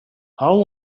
how